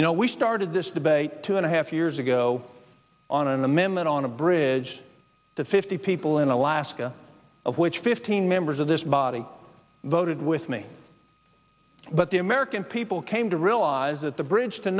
you know we started this debate two and a half years ago on an amendment on a bridge to fifty people in alaska of which fifteen members of this body voted with me but the american people came to realize that the bridge to